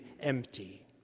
empty